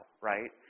right